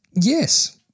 Yes